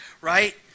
right